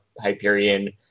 Hyperion